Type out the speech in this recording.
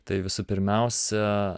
tai visų pirmiausia